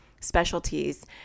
specialties